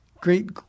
Great